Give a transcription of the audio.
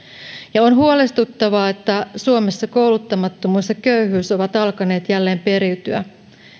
on huolestuttavaa että suomessa kouluttamattomuus ja köyhyys ovat alkaneet jälleen periytyä